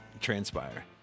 transpire